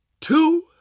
two